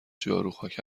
جاروخاک